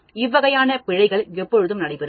இவ்வகையான பிழைகள் எப்பொழுது நடைபெறும்